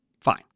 Fine